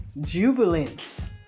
jubilance